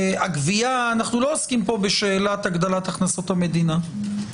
הגבייה אנחנו לא עוסקים בשאלת הגדלת הכנסות המדינה.